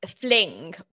fling